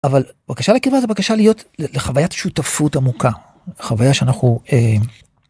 אבל בבקשה לקבל בבקשה להיות חוויית שותפות עמוקה חוויה שאנחנו